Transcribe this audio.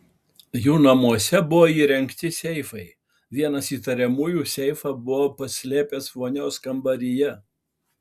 jų namuose buvo įrengti seifai vienas įtariamųjų seifą buvo paslėpęs vonios kambaryje